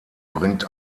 bringt